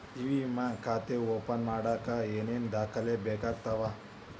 E ವಿಮಾ ಖಾತೆ open ಮಾಡಕ ಏನೇನ್ ದಾಖಲೆ ಬೇಕಾಗತವ